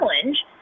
challenge